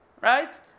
Right